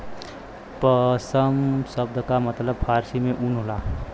पसम सब्द का मतलब फारसी में ऊन होला